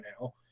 now